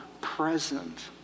present